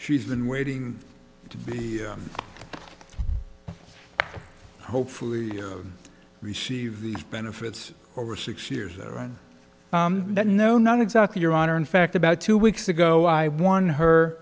she's been waiting to be hopefully receive these benefits over six years around that no not exactly your honor in fact about two weeks ago i won her